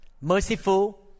merciful